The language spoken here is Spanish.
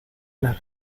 las